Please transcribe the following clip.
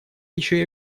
еще